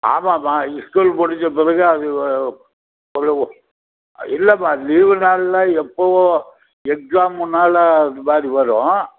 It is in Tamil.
ஆமாம்மா இஸ்கூல் முடிஞ்ச பிறகு அது இல்லைம்மா லீவ் நாளில் எப்பவும் எக்ஸாமுனால் பாதி வரும்